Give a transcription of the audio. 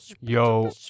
Yo